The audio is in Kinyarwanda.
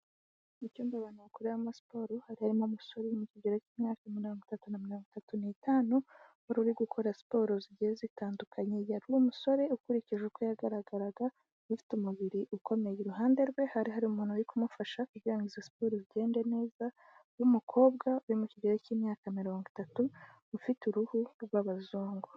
Mu cyumba abantu bakoreramo siporo hari harimo umusore uri mu kigero cy'imyaka mirongo itatu na mirongo itatu n'itanu wari uri gukora siporo zigiye zitandukanye, yari umusore ukurikije uko yagaragaraga ufite umubiri ukomeye, iruhande rwe hari hari umuntu uri kumufasha kugira ngo izo siporo zigende neza w'umukobwa uri mu kigero cy'imyaka mirongo itatu ufite uruhu rw'abazungu.